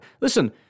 Listen